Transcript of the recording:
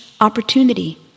opportunity